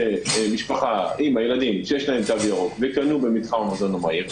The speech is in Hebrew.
משפחה עם ילדים שיש להם תו ירוק וקנו במתחם מזון מהיר,